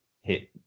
hit